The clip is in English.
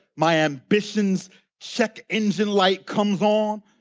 my ambitions' check engine light comes on,